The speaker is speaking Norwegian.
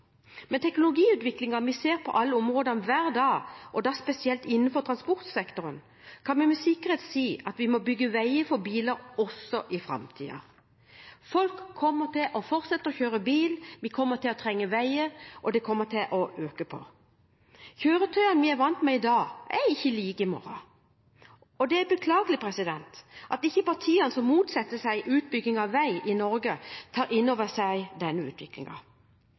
Med teknologiutviklingen vi ser på alle områder hver dag, og da spesielt innenfor transportsektoren, kan vi med sikkerhet si at vi må bygge veier for biler også i framtiden. Folk kommer til å fortsette å kjøre bil, vi kommer til å trenge veier, og det kommer til å øke på. Kjøretøyene vi er vant med i dag, vil ikke være like i morgen, og det er beklagelig at ikke partiene som motsetter seg utbygging av vei i Norge, tar inn over seg denne